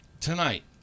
tonight